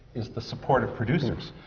is the support of producers,